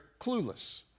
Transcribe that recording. clueless